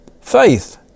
faith